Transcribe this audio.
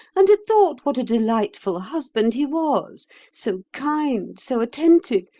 and had thought what a delightful husband he was so kind, so attentive,